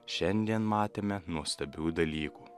šiandien matėme nuostabių dalykų